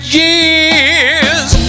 years